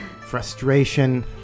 frustration